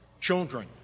children